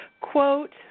quote